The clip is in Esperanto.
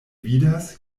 vidas